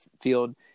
field